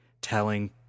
telling